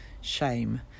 shame